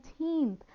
17th